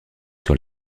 sur